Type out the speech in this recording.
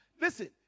Listen